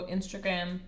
Instagram